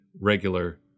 regular